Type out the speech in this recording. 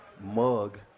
mug